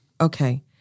Okay